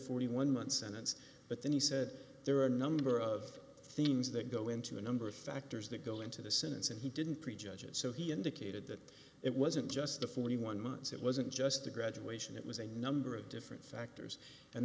forty one month sentence but then he said there are a number of themes that go into a number of factors that go into the sentence and he didn't prejudge it so he indicated that it wasn't just the forty one minutes it wasn't just the graduation it was a number of different factors and